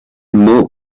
mau